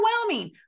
overwhelming